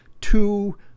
two